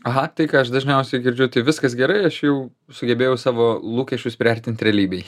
aktai ką aš dažniausiai girdžiu tai viskas gerai aš jau sugebėjau savo lūkesčius priartint realybei